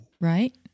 Right